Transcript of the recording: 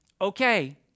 okay